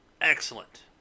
Excellent